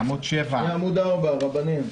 עמוד 7. בעמוד 4, הרבנים.